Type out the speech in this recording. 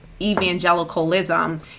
evangelicalism